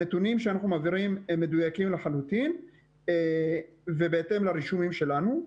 הנתונים שאנחנו מעבירים הם מדויקים לחלוטין ובהתאם לרישומים שלנו,